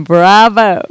Bravo